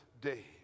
Day